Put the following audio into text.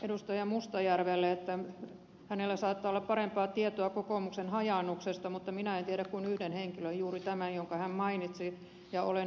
mustajärvelle että hänellä saattaa olla parempaa tietoa kokoomuksen hajaannuksesta mutta minä en tiedä kuin yhden henkilön juuri tämän jonka hän mainitsi ja olen ed